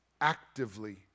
actively